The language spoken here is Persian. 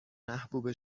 محبوب